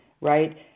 right